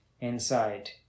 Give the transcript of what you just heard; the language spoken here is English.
inside